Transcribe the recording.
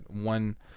one